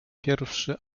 pierwszy